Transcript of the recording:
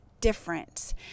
difference